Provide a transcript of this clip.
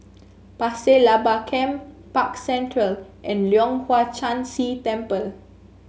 Pasir Laba Camp Park Central and Leong Hwa Chan Si Temple